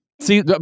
See